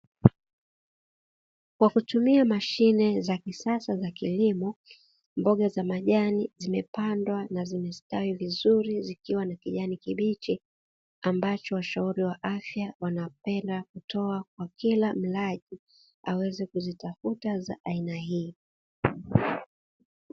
Kwa kutumia mashine za kisasa za kilimo mboga za majani zimepandwa na zimestawi vizuri zikiwa ni kijani kibichi ambacho, ushauri wa afya wanapenda kutoa kwa kila mradi aweze kuzitafuta za aina hii.